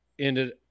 ended